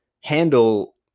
handle